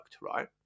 right